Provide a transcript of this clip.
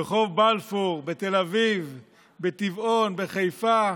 ברחוב בלפור, בתל אביב, בטבעון, בחיפה,